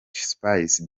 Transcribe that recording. spice